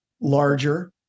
larger